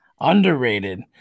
underrated